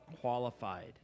qualified